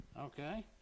Okay